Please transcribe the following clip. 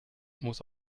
muss